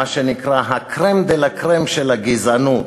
מה שנקרא "הקרם דה לה קרם" של הגזענות,